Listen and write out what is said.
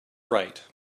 right